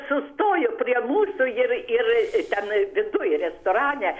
sustojo prie mūsų ir ten viduj restorane